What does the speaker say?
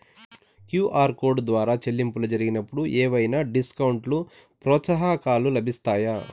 QR code ద్వారా చెల్లింపులు జరిగినప్పుడు ఏవైనా డిస్కౌంట్ లు, ప్రోత్సాహకాలు లభిస్తాయా?